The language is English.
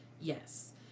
yes